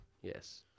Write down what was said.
Yes